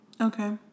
okay